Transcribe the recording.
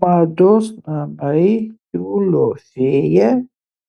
mados namai tiulio fėja